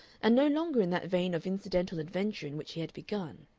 and no longer in that vein of incidental adventure in which he had begun.